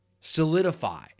solidify